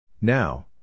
Now